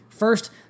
First